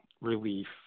relief